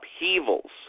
upheavals